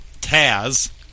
Taz